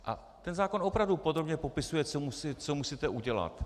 A ten zákon opravdu podrobně popisuje, co musíte udělat.